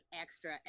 extra